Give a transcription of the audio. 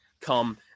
come